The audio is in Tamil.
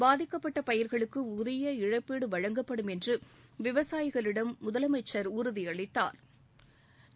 பாதிக்கப்பட்ட பயிர்களுக்கு உரிய இழப்பீடு வழங்கப்படும் என்று விவசாயிகளிடம் முதலமைச்ச் உறுதியளித்தாா்